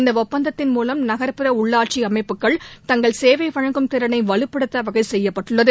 இந்த ஒப்பந்ததின் மூலம் நகர்ப்புற உள்ளாட்சி அமைப்புகள் தங்கள் சேவை வழங்கும் திறனை வலுப்படுத்த வகை செய்யப்பட்டுள்ளது